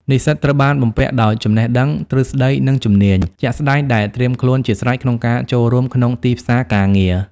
និស្សិតត្រូវបានបំពាក់ដោយចំណេះដឹង ទ្រឹស្តី និងជំនាញ ជាក់ស្តែងដែលត្រៀមខ្លួនជាស្រេចក្នុងការចូលរួមក្នុងទីផ្សារការងារ។